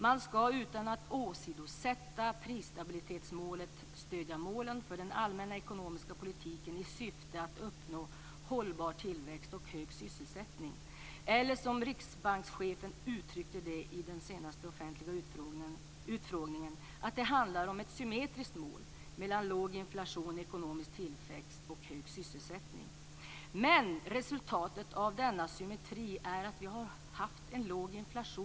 Man skall, utan att åsidosätta prisstabilitetsmålet, stödja målen för den allmänna ekonomiska politiken i syfte att uppnå hållbar tillväxt och hög sysselsättning. Eller som riksbankschefen uttryckte det i den senaste offentliga utfrågningen: Det handlar om ett symmetriskt mål mellan låg inflation, ekonomisk tillväxt och hög sysselsättning. Men resultatet av denna symmetri är att vi har haft en låg inflation.